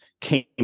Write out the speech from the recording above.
came